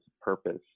purpose